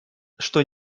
что